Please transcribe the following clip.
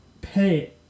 pay